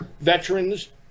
Veterans